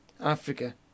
Africa